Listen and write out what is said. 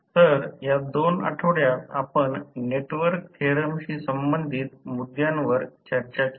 तर या दोन आठवड्यांत आपण नेटवर्क थेरमशी संबंधित मुद्द्यांवर चर्चा केली